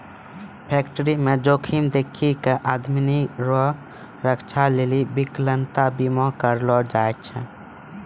फैक्टरीमे जोखिम देखी कय आमदनी रो रक्षा लेली बिकलांता बीमा करलो जाय छै